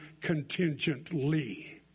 contingently